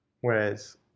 Whereas